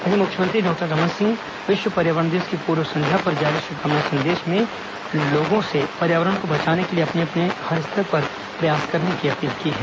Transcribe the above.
वहीं मुख्यमंत्री डॉक्टर रमन सिंह विश्व पर्यावरण दिवस की पूर्व संध्या पर जारी शुभकामना संदेश में सभी लोगों से पर्यावरण को बचाने के लिए अपने अपने स्तर पर हरसंभव प्रयास करने की अपील की है